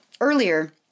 earlier